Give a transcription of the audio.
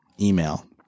email